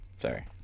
Sorry